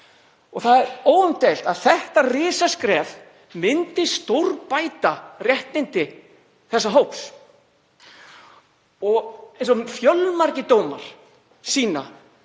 Það er óumdeilt að það risaskref myndi stórbæta réttindi þessa hóps. Eins og fjölmargir dómar sýna